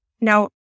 Now